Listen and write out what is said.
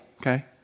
okay